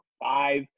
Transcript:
five